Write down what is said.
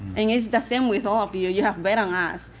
and it's the same with all of you. you have bet on us,